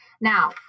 Now